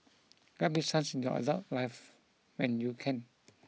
grab this chance in your adult life when you can